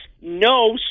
no